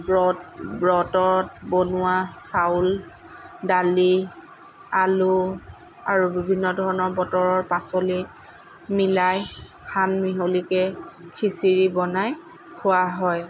ব্ৰত ব্ৰতত বনোৱা চাউল দালি আলু আৰু বিভিন্ন ধৰণৰ বতৰৰ পাচলি মিলাই সান মিহলিকৈ খিচিৰি বনাই খোৱা হয়